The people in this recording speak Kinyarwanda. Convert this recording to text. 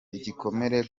igikomere